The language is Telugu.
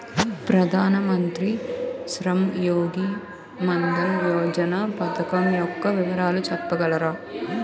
ప్రధాన మంత్రి శ్రమ్ యోగి మన్ధన్ యోజన పథకం యెక్క వివరాలు చెప్పగలరా?